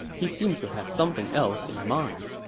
he seems to have something else in mind.